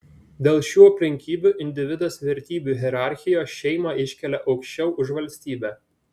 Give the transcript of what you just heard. dėl šių aplinkybių individas vertybių hierarchijoje šeimą iškelia aukščiau už valstybę